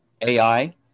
AI